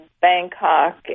Bangkok